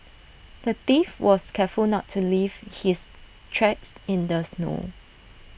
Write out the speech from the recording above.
the thief was careful not to leave his tracks in the snow